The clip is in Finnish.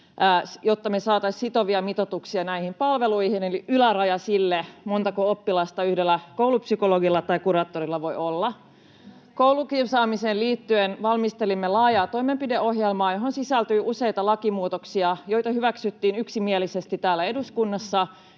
jotta me saataisiin sitovia mitoituksia näihin palveluihin eli yläraja sille, montako oppilasta yhdellä koulupsykologilla tai -kuraattorilla voi olla. Koulukiusaamiseen liittyen valmistelimme laajaa toimenpideohjelmaa, johon sisältyy useita lakimuutoksia, joita hyväksyttiin yksimielisesti täällä eduskunnassa,